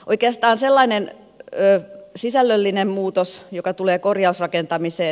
oikeastaan sellainen sisällöllinen muutos joka tulee korjausrakentamiseen